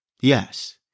Yes